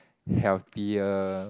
healthier